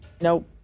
Nope